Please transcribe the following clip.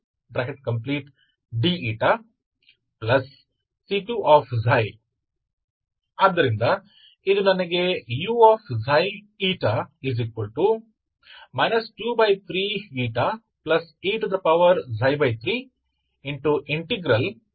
e3dηC2 ಆದ್ದರಿಂದ ಇದು ನನಗೆ uξη 23ηe3C1dC2 ನೀಡುತ್ತದೆ